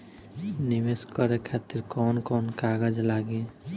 नीवेश करे खातिर कवन कवन कागज लागि?